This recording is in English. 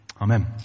Amen